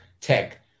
tech